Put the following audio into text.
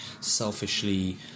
selfishly